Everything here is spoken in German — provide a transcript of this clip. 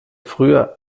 früher